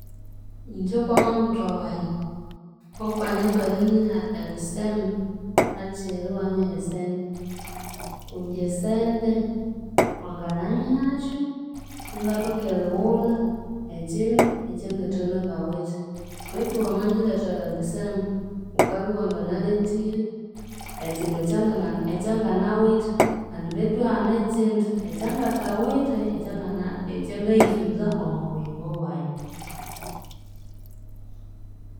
Ingye okw'amabuthwa wayi, okwanya kw'erinyiha ebisembu, hakiri iwanyiha esente, kundi esente wangananyihashu ingathoka erighulha ekindu ekyangathalwe ngawithe, betu wamanyirethera ebisembu, wukabya iwanganalhethire ekindu ekyangangana ekyanganawithe kandi betu ihane ekindi ekyangathawithe ekyangana ekyangayisunza omo buyingo bwayi.